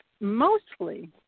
mostly